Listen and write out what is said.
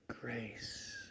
grace